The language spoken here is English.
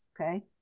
okay